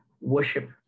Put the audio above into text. worship